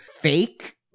fake